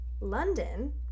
London